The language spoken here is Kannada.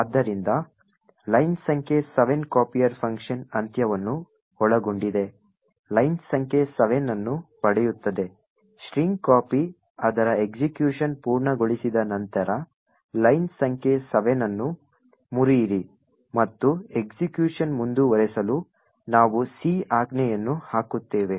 ಆದ್ದರಿಂದ ಲೈನ್ ಸಂಖ್ಯೆ 7 copier ಫಂಕ್ಷನ್ ಅಂತ್ಯವನ್ನು ಒಳಗೊಂಡಿದೆ ಲೈನ್ ಸಂಖ್ಯೆ 7 ಅನ್ನು ಪಡೆಯುತ್ತದೆ strcpy ಅದರ ಎಕ್ಸಿಕ್ಯುಷನ್ಪೂರ್ಣಗೊಳಿಸಿದ ನಂತರ ಲೈನ್ ಸಂಖ್ಯೆ 7 ಅನ್ನು ಮುರಿಯಿರಿ ಮತ್ತು ಎಸ್ಎಕ್ಯುಷ ಮುಂದುವರಿಸಲು ನಾವು C ಆಜ್ಞೆಯನ್ನು ಹಾಕುತ್ತೇವೆ